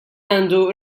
għandu